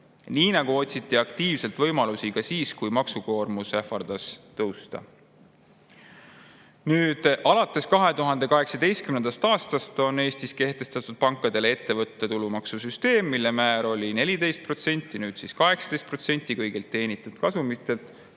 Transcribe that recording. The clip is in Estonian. nii nagu otsiti aktiivselt võimalusi siis, kui maksukoormus ähvardas tõusta. Alates 2018. aastast kehtib Eestis pankadele ettevõtte tulumaksu süsteem, mille määr oli 14%, aga on nüüd 18% kõigilt teenitud kasumitelt.